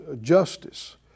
justice